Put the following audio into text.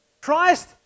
Christ